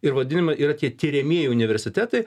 ir vadinama yra tie tiriamieji universitetai